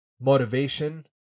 motivation